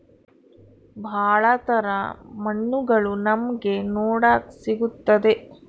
ಭಾಳ ತರ ಮಣ್ಣುಗಳು ನಮ್ಗೆ ನೋಡಕ್ ಸಿಗುತ್ತದೆ